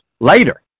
later